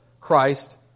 Christ